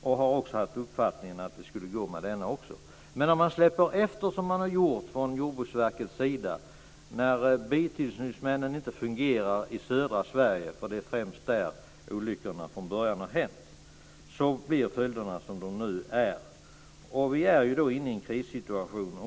De har den uppfattningen att det skulle gå med denna också. Men om man släpper efter så som Jordbruksverket har gjort i södra Sverige - för det är främst där olyckorna från början har hänt - där bitillsynsmännen inte fungerar, blir följderna sådana som de nu är. Vi befinner oss nu i en krissituation.